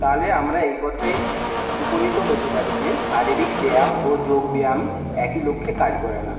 তাহলে আমরা এই কথায় উপনীত হতে পারি যে শারীরিক ব্যায়াম ও যোগ ব্যায়াম একই লক্ষ্যে কাজ করে না